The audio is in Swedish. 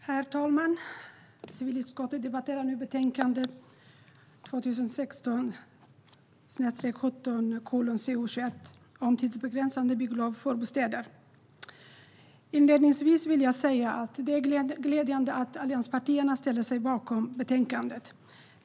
Herr talman! Civilutskottet debatterar nu betänkande 2016/17:CU21 om tidsbegränsande bygglov för bostäder. Inledningsvis vill jag säga att det är glädjande att allianspartierna ställer sig bakom betänkandet.